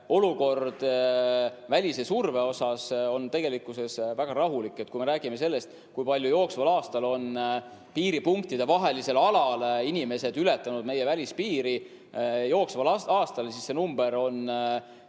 olukord välise surve osas on tegelikkuses väga rahulik. Kui me räägime sellest, kui palju jooksval aastal on piiripunktide vahelisel alal inimesed ületanud meie välispiiri, siis see number on